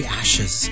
ashes